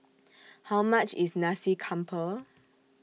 How much IS Nasi Campur